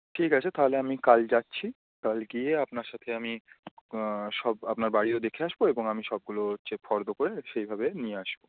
ঠিক আছে তাহলে আমি কাল যাচ্ছি কাল গিয়ে আপনার সাথে আমি সব আপনার বাড়িও দেখে আসবো এবং আমি সবগুলো হচ্ছে ফর্দ করে সেইভাবে নিয়ে আসবো